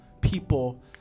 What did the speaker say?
people